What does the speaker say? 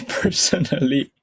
personally